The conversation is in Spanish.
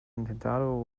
intentado